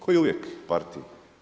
Kao i uvijek partiji.